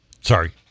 sorry